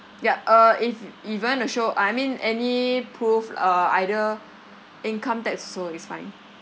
yup uh if if you want to show uh I mean any proof uh either income tax also is fine